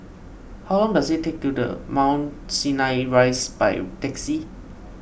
how long does it take to the Mount Sinai Rise by taxi